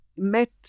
met